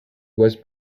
was